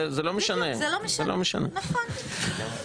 זה לא חוק רגיל וצריך להתייחס פה בעוד יותר סבירות,